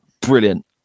Brilliant